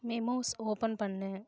memos open பண்ணு